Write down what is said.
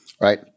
right